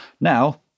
Now